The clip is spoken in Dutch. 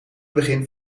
begin